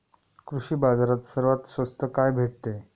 कृषी बाजारात सर्वात स्वस्त काय भेटते?